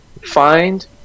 find